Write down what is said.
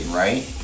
right